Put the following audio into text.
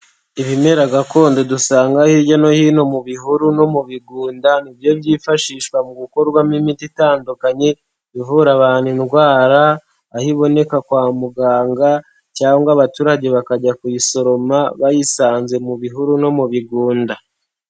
Ibimera gakondo dusanga hirya no hino mu bihuru no mu bigunda, ni byo byifashishwa mu gukorwamo imiti itandukanye, ivura abantu indwara, aho iboneka kwa muganga cyangwa abaturage bakajya kuyisoroma, bayisanze mu bihuru no mu bigunda.